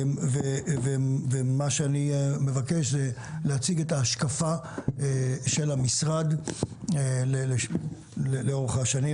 מה שאני מבקש זה להציג את ההשקפה של המשרד לאורך השנים,